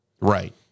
Right